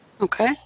Okay